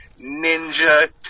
Ninja